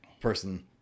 person